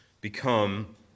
become